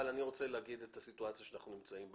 אבל אני רוצה לומר מה הסיטואציה בה אנחנו נמצאים.